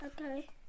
okay